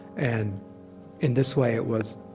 and in this way it was,